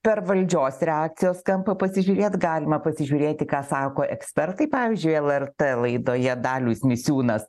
per valdžios reakcijos kampą pasižiūrėt galima pasižiūrėti ką sako ekspertai pavyzdžiui lrt laidoje dalius misiūnas